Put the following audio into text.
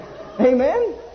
Amen